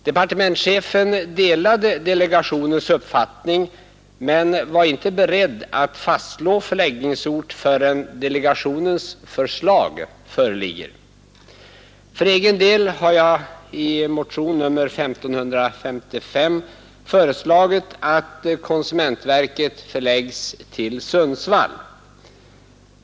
Departementschefen delade delegationens uppfattning men var inte beredd att faststå förläggningsort förrän delegationens förslag föreligger. För egen del har jag i motionen 1555 föreslagit att konsumentverket förläggs till Sundsvall.